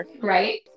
Right